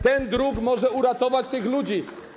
Ten druk może uratować tych ludzi.